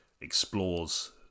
explores